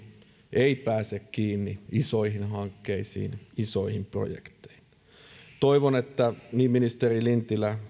ei pääse kiinni isoihin hankkeisiin isoihin projekteihin toivon että niin ministeri lintilä